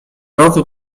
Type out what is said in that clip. roku